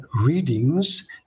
readings